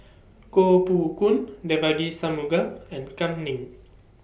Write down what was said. Koh Poh Koon Devagi Sanmugam and Kam Ning